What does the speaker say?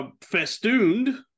Festooned